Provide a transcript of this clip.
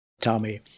Tommy